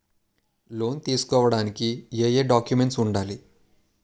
Loan తీసుకోడానికి ఏయే documents వుండాలి?